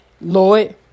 Lord